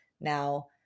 Now